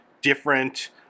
different